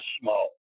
small